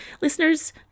listeners